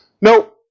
Nope